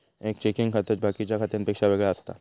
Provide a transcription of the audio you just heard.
एक चेकिंग खाता बाकिच्या खात्यांपेक्षा वेगळा असता